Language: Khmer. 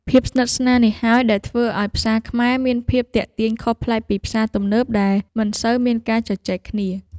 ភាពស្និទ្ធស្នាលនេះហើយដែលធ្វើឱ្យផ្សារខ្មែរមានភាពទាក់ទាញខុសប្លែកពីផ្សារទំនើបដែលមិនសូវមានការជជែកគ្នា។